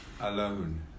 alone